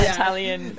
Italian